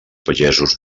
pagesos